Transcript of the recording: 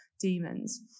demons